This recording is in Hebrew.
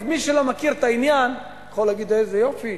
אז מי שלא מכיר את העניין, יכול להגיד: איזה יופי,